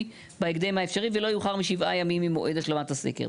בהקדם האפשרי ולא יאוחר משבעה ימים ממועד השלמת הסקר.